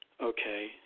Okay